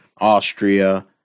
austria